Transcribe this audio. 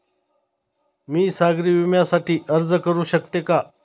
मी सागरी विम्यासाठी अर्ज करू शकते का?